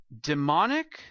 Demonic